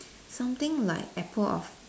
something like apple of